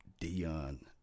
Dion